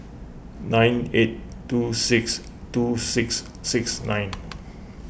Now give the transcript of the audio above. nine eight two six two six six nine